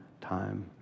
time